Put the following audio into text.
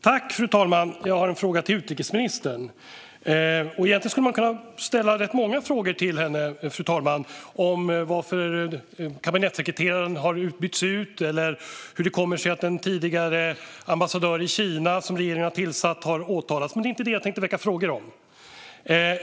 Fru talman! Jag har en fråga till utrikesministern. Egentligen skulle man kunna ställa rätt många frågor till henne, fru talman - om varför kabinettssekreteraren har bytts ut eller hur det kommer sig att en tidigare ambassadör i Kina som regeringen har tillsatt har åtalats. Men det är inte detta jag tänkte väcka frågor om.